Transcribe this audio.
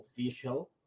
official